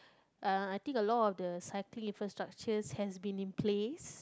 uh I think a lot of the cycling infrastructures has been in place